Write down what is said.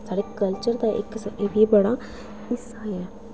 साढ़े कल्चर दा इक एह् बी बड़ा हिस्सा ऐ